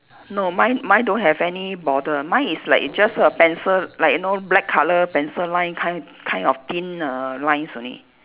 no mine mine don't have any border mine is like just a pencil like you know black colour pencil line kind kind of thin err lines only